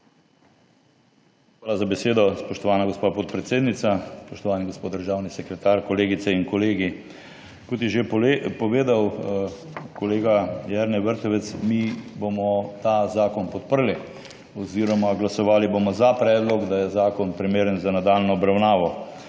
Hvala za besedo, spoštovana gospa podpredsednica. Spoštovani gospod državni sekretar, kolegice in kolegi! Kot je že povedal kolega Jernej Vrtovec, bomo mi ta zakon podprli oziroma bomo glasovali za predlog, da je zakon primeren za nadaljnjo obravnavo.